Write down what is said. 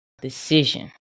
decision